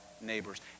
neighbors